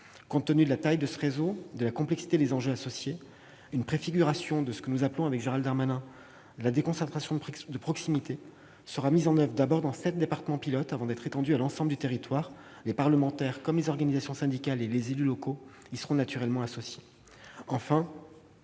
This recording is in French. Compte tenu de la taille de ce réseau et de la complexité des enjeux associés, une préfiguration de ce que Gérald Darmanin et moi-même appelons la « déconcentration de proximité » sera mise en oeuvre dans sept départements pilotes avant d'être étendue à l'ensemble du territoire. Les parlementaires, les organisations syndicales et les élus locaux seront naturellement associés